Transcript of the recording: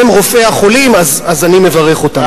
הם רופאי החולים, אז אני מברך אותם.